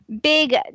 big